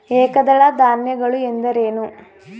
ಏಕದಳ ಧಾನ್ಯಗಳು ಎಂದರೇನು?